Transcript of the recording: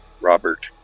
Robert